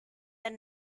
that